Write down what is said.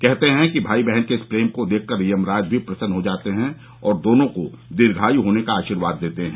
कहतें हैं कि भाई बहन के इस प्रेम को देख कर यमराज भी प्रसन्न हो जाते हैं और दोनों को दीर्घायु होने का आशीर्वाद देते हैं